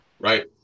Right